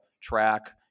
track